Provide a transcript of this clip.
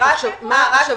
לא ראו את הכתם, רק בדיעבד.